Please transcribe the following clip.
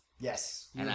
Yes